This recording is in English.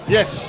Yes